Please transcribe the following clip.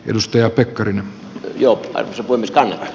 edustaja pekkarinen jopa voimistaa